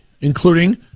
including